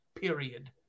period